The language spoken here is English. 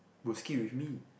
will skip with me